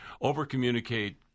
over-communicate